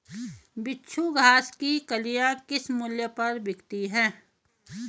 बिच्छू घास की कलियां किस मूल्य पर बिकती हैं?